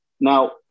Now